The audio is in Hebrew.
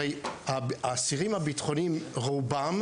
הרי האסירים הבטחוניים, רובם